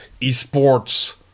esports